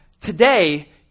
today